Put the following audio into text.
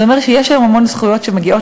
זה אומר שיש היום המון זכויות שמגיעות